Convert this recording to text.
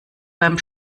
beim